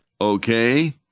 Okay